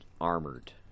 armored